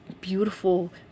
beautiful